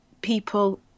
people